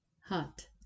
hut